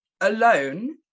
alone